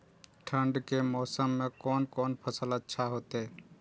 ठंड के मौसम में कोन कोन फसल अच्छा होते?